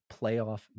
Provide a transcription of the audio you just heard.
playoff